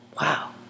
Wow